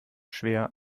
schwer